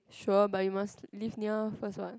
sure but you must live near first what